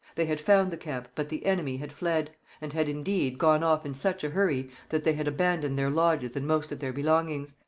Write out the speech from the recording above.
they had found the camp, but the enemy had fled and had, indeed, gone off in such a hurry that they had abandoned their lodges and most of their belongings.